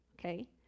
Okay